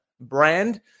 brand